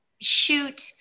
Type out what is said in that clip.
shoot